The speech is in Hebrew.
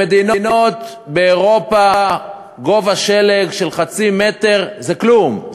במדינות באירופה גובה שלג של חצי מטר זה כלום,